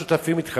כולנו שותפים אתך.